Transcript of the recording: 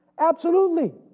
absolutely.